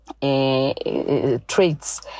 Traits